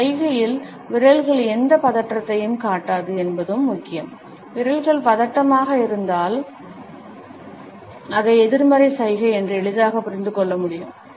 இந்த சைகையில் விரல்கள் எந்த பதற்றத்தையும் காட்டாது என்பதும் முக்கியம் விரல்கள் பதட்டமாக இருந்தால் அதை எதிர்மறை சைகை என்று எளிதாக புரிந்து கொள்ள முடியும்